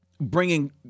bringing